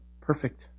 Perfect